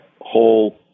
whole